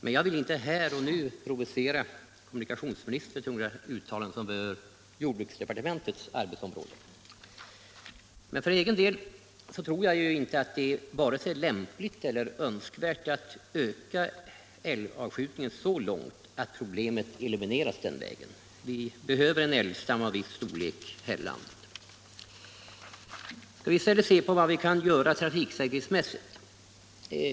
Men jag vill inte här och nu provocera kommunikationsministern till några uttalanden som berör jordbruksdepartementets arbetsområde. För egen del tror jag inte att det är vare sig lämpligt eller önskvärt att öka älgavskjutningen så långt att problemet elimineras den vägen. Vi behöver en älgstam av viss storlek här i landet. Låt oss i stället se på vad man kan göra trafiksäkerhetsmässigt.